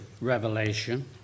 Revelation